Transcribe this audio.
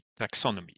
taxonomy